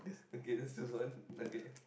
okay let's choose one okay